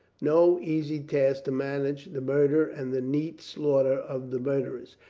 no easy task to manage the murder and the neat slaughter of the murderers,